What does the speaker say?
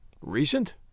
Recent